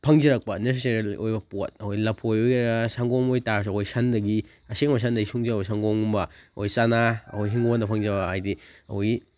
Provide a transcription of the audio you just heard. ꯐꯪꯖꯔꯛꯄ natural ꯑꯣꯏꯕ ꯄꯣꯠ ꯑꯈꯣꯏ ꯂꯐꯣꯏ ꯑꯣꯏꯒꯦꯔ ꯁꯪꯒꯣꯝ ꯑꯣꯏꯕꯇꯥꯔꯁꯨ ꯑꯩꯈꯣꯏ ꯁꯟꯗꯒꯤ ꯑꯁꯦꯡꯕ ꯁꯟꯗꯒꯤ ꯁꯨꯝꯖꯕ ꯁꯪꯒꯣꯝꯒꯨꯝꯕ ꯑꯈꯣꯏꯒꯤ ꯆꯥꯅꯥ ꯑꯈꯣꯏ ꯏꯪꯈꯣꯜꯗ ꯐꯪꯖꯕ ꯍꯥꯏꯗꯤ ꯑꯩꯈꯣꯏꯒꯤ